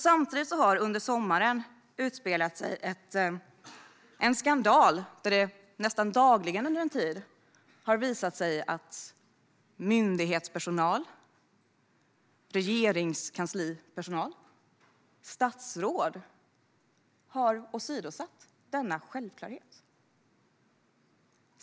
Samtidigt har det under sommaren utspelat sig en skandal där det under en tid nästan dagligen har visat sig att myndighetspersonal, regeringskanslipersonal och statsråd har åsidosatt denna självklarhet.